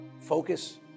Focus